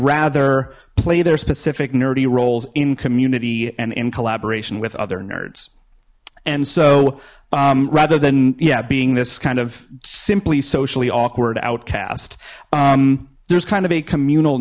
rather play their specific nerdy roles in community and in collaboration with other nerds and so rather than yeah being this kind of simply socially awkward outcast there's kind of a communal